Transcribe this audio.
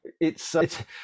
it's—it's